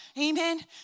Amen